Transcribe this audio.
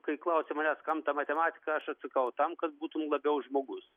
kai klausia manęs kam ta matematika aš atsakau tam kad būtum labiau žmogus